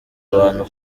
abantu